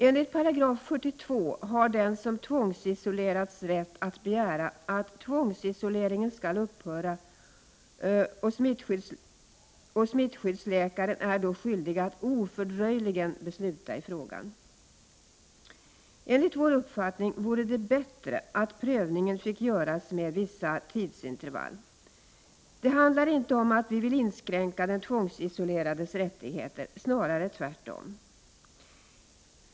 Enligt 42 § har den som tvångsisolerats rätt att begära att tvångsisoleringen skall upphöra, och smittskyddsläkaren är då skyldig att ofördröjligen besluta i frågan. Enligt vår uppfattning vore det bättre att prövningen fick göras med vissa tidsintervall. Det handlar inte om att vi vill inskränka den tvångsisolerades rättigheter, snarare tvärtom.